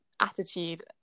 attitude